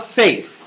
faith